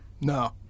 No